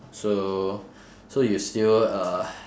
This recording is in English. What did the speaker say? so so you still uh